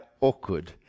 awkward